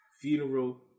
funeral